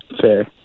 Fair